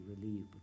relieved